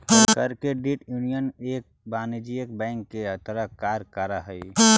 credit union एक वाणिज्यिक bank के तरह कार्य करऽ हइ